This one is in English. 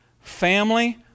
family